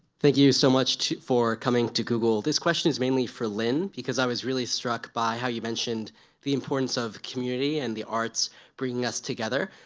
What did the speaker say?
thank you so much for coming to google. this question is mainly for lynn, because i was really struck by how you mentioned the importance of community and the arts bringing us together.